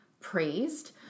praised